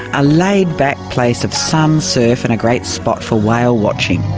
a laid-back place of sun, surf and a great spot for whale watching.